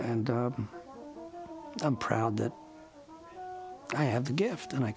and i'm proud that i have the gift and i